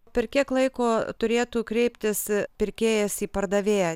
per kiek laiko turėtų kreiptis pirkėjas į pardavėją